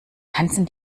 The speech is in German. tanzen